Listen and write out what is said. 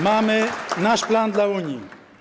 Mamy nasz plan dla Unii.